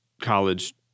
college